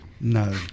No